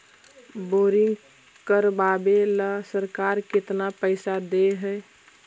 Boring करबाबे ल सरकार केतना पैसा दे है?